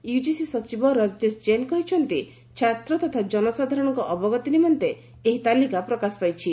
UGC ସଚିବ ରଜନିସ୍ ଜେନ୍ କହିଛନ୍ତି ଛାତ୍ର ତଥା ଜନସାଧାରଣଙ୍କ ଅବଗତି ନିମନ୍ତେ ଏହି ତାଲିକା ପ୍ରକାଶ ପାଇଛି